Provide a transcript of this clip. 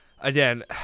again